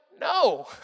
no